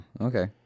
okay